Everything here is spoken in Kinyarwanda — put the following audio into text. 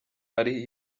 ari